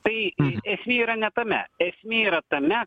tai esmė yra ne tame esmė yra tame